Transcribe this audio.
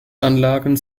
anlagen